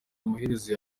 amaherezo